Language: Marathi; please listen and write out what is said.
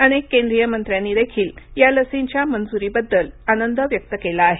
अनेक केंद्रीय मंत्र्यांनी देखील या लसींच्या मंजुरीबद्दल आनंद व्यक्त केला आहे